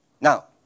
Now